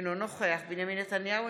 אינו נוכח בנימין נתניהו,